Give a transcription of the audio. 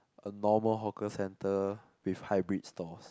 a normal hawker centre with hybrid stalls